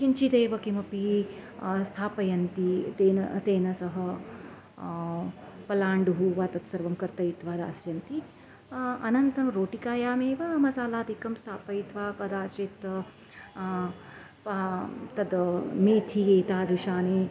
किञ्चिदेव किमपि स्थापयन्ति तेन तेन सह पलाण्डुः वा तत्सर्वं कर्तयित्वा दास्यन्ति अनन्तरं रोटिकायामेव मसालादिकं स्थापयित्वा कदाचित् पा तत् मेथिलि तादृशानि